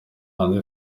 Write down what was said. hanze